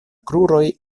kruroj